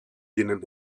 denen